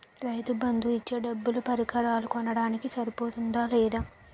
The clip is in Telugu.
రైతు బందు ఇచ్చే డబ్బులు పరికరాలు కొనడానికి సరిపోతుందా లేదా?